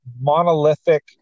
monolithic